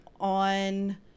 on